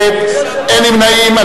37 בעד, 58 נגד, אין נמנעים.